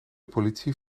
politie